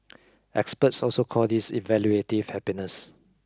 experts also call this evaluative happiness